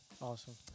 Awesome